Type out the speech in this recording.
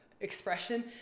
expression